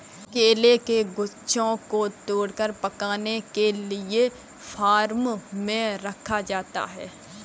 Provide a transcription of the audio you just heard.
केले के गुच्छों को तोड़कर पकाने के लिए फार्म में रखा जाता है